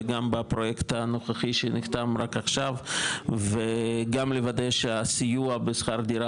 וגם בפרויקט הנוכחי שנחתם רק עכשיו וגם לוודא שהסיוע בשכר דירה